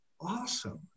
awesome